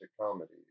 comedy